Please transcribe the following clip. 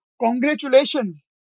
congratulations